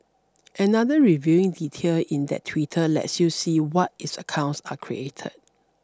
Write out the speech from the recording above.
another revealing detail in that Twitter lets you see when its accounts are created